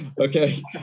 okay